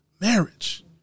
marriage